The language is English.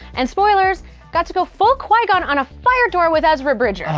and spoilers got to go full qui gon on a fire door with ezra bridger.